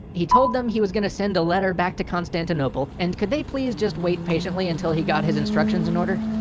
he told them he was gonna send a letter back to constantinople and could they please just wait patiently until he got his instructions in order?